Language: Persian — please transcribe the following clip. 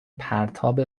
پرتاب